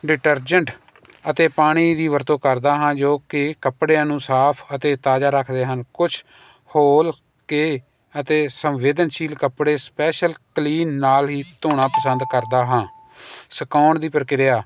detergent ਅਤੇ ਪਾਣੀ ਦੀ ਵਰਤੋਂ ਕਰਦਾ ਹਾਂ ਜੋ ਕਿ ਕੱਪੜਿਆਂ ਨੂੰ ਸਾਫ ਅਤੇ ਤਾਜ਼ਾ ਰੱਖਦੇ ਹਨ ਕੁਛ ਹੋਲ ਕੇ ਅਤੇ ਸੰਵੇਦਨਸ਼ੀਲ ਕੱਪੜੇ ਸਪੈਸ਼ਲ ਕਲੀਨ ਨਾਲ ਹੀ ਧੋਣਾ ਪਸੰਦ ਕਰਦਾ ਹਾਂ ਸਕਾਉਣ ਦੀ ਪ੍ਰਕਿਰਿਆ